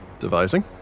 Devising